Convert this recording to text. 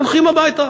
הולכים הביתה,